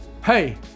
Hey